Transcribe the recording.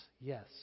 yes